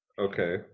Okay